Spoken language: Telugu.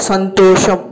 సంతోషం